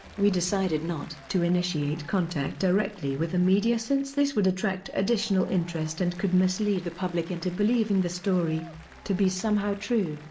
we decided not to initiate contact directly with the media since this would attract additional interest and could mislead the public into believing the story to be somehow true.